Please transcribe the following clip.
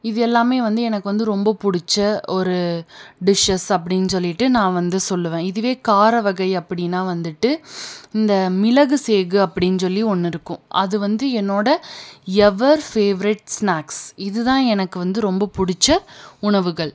இது எல்லாமே வந்து எனக்கு வந்து ரொம்ப பிடிச்ச ஒரு டிஷ்ஷஸ் அப்படின்னு சொல்லிட்டு நான் வந்து சொல்லுவேன் இதுவே கார வகை அப்படின்னா வந்துட்டு இந்த மிளகு சேகு அப்படின்னு சொல்லி ஒன்று இருக்கும் அதுவந்து என்னோடய எவர் பேவரட் ஸ்நாக்ஸ் இதுதான் எனக்கு வந்து ரொம்ப பிடிச்ச உணவுகள்